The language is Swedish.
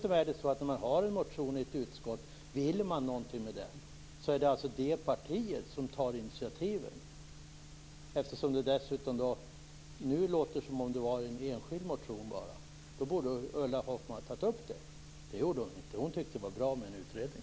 Om ett parti har en motion i ett utskott och vill någonting med den så tar det partiet initiativen. Nu låter det dessutom som om det bara var en enskild motion. Då borde Ulla Hoffmann ha tagit upp det. Det gjorde hon inte. Hon tyckte att det var bra med en utredning.